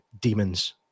demons